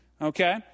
Okay